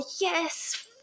yes